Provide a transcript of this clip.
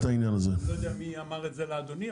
אני לא יודע מי אמר את זה לאדוני,